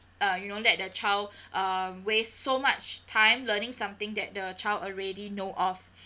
uh you know let the child uh waste so much time learning something that the child already know of